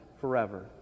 forever